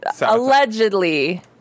Allegedly